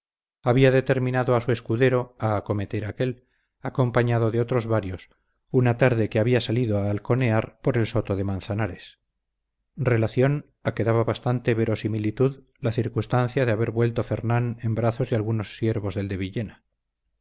había determinado a su escudero a acometer a aquél acompañado de otros varios una tarde que había salido a halconear por el soto de manzanares relación a que daba bastante verosimilitud la circunstancia de haber vuelto fernán en brazos de algunos siervos del de villena